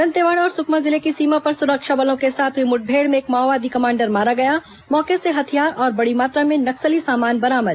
दंतेवाड़ा और सुकमा जिले की सीमा पर सुरक्षा बलों के साथ हुई मुठभेड़ में एक माओवादी कमांडर मारा गया मौके से हथियार और बड़ी मात्रा में नक्सली सामान बरामद